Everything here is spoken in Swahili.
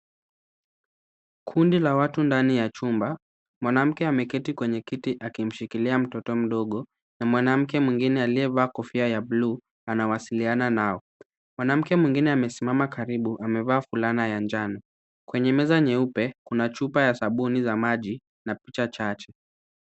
Kundi la watu ndani ya chumba, mwanamke ameketi kwenye kiti akimshikilia mtoto mdogo na mwanamke mwingine aliyevaa kofia ya bluu anawasiliana nao. Mwanamke mwingine amesimama karibu amevaa fulana ya njano. Kwenye meza nyeupe kuna chupa ya sabuni za maji na picha chache.